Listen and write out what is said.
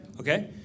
Okay